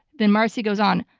then marcy goes on,